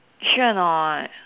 sure or not